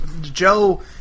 Joe